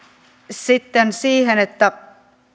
sitten siihen että